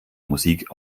musik